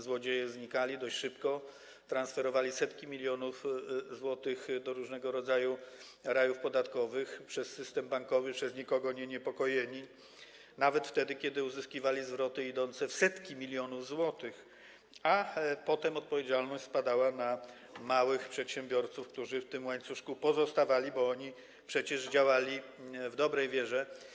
Złodzieje znikali dość szybko, transferowali przez system bankowy setki milionów złotych do różnego rodzaju rajów podatkowych przez nikogo nie niepokojeni, nawet kiedy uzyskiwali zwroty idące w setki milionów złotych, a potem odpowiedzialność spadała na małych przedsiębiorców, którzy w tym łańcuszku pozostawali, bo oni przecież działali w dobrej wierze.